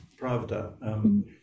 Pravda